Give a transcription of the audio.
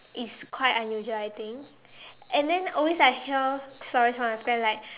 it's quite unusual I think and then always I hear stories from my friend like